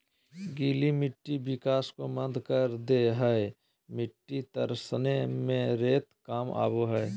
गीली मिट्टी विकास को मंद कर दे हइ मिटटी तरसने में रेत कम होबो हइ